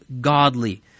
godly